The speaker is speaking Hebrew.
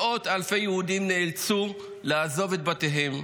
מאות אלפי יהודים נאלצו לעזוב את בתיהם,